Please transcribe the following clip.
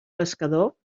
pescador